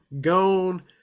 gone